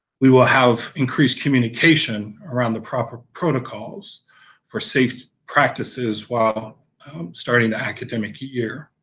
we will have increased communication around the proper protocols for safety practices while starting the academic year,